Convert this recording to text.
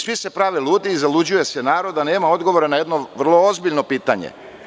Svi se prave ludi, zaluđuje se narod, a nema odgovora na jedno vrlo ozbiljno pitanje.